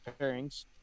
pairings